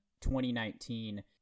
2019